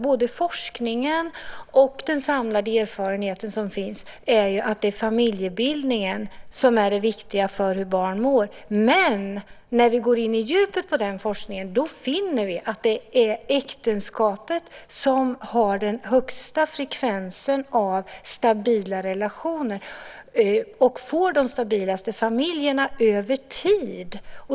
Både forskningen och den samlade erfarenheten visar att det är familjebildningen som är det viktiga för hur barn mår. Men om man går in på djupet i den forskningen finner man att det är äktenskapet som har den högsta frekvensen av stabila relationer och av stabila familjer över tid.